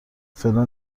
فعلا